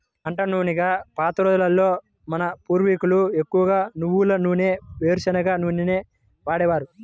వంట నూనెలుగా పాత రోజుల్లో మన పూర్వీకులు ఎక్కువగా నువ్వుల నూనె, వేరుశనగ నూనెలనే వాడేవారు